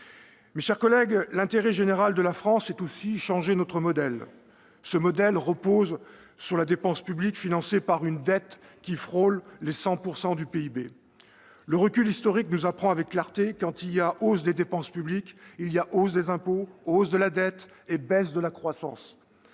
Mes chers collègues, l'intérêt général de la France, c'est aussi changer notre modèle. Ce dernier repose sur la dépense publique financée par une dette qui frôle les 100 % du PIB. Le recul historique nous l'apprend avec clarté, quand il y a hausse des dépenses publiques, il y a hausse des impôts, hausse de la dette et baisse de la croissance.